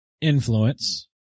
influence